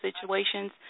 situations